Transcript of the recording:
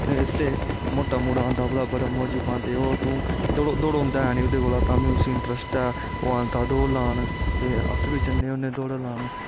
इक मोटा मुड़ा आंदा ओह्दा बड़ा मोजू पांदे ओह् दड़ोंदा है नी ओह्दे कोला तां इंट्रस्ट ऐ तां आंदा दौड़ लान ते अस बी जन्ने होने दौड़ लान